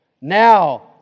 Now